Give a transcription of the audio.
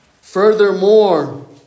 Furthermore